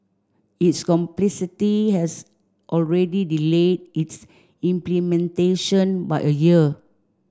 its complexity has already delayed its implementation by a year